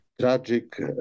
tragic